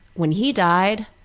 when he died,